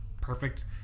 Perfect